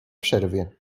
przerwie